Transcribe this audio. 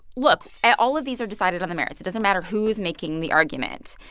look all of these are decided on the merits. it doesn't matter who's making the argument.